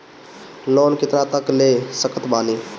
Loan कितना तक ले सकत बानी?